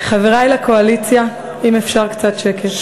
חברי לקואליציה, אם אפשר קצת שקט.